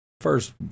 first